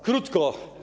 Krótko.